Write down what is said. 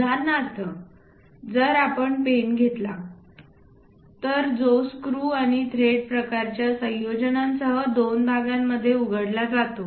उदाहरणार्थ जर आपण पेन घेतला तर जो स्क्रू आणि थ्रेड्स प्रकारांच्या संयोजनांसह दोन भागांमध्ये उघडला जाऊ शकतो